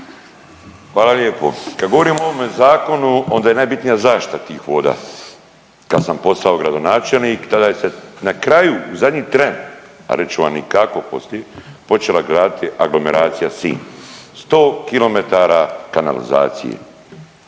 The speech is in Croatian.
Hvala lijepo. Kad govorimo o ovome zakonu onda je najbitnija zaštita tih voda. Kad sam postao gradonačelnik tada je se na kraju zadnji tren, a reći ću vam i kako poslije počela graditi aglomeracija Sinj. 100 kilometara kanalizacije,